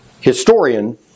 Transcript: historian